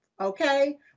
okay